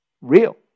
real